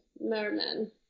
merman